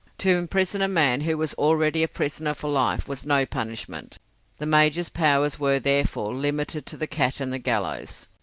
to imprison a man who was already a prisoner for life was no punishment the major's powers were, therefore, limited to the cat and the gallows.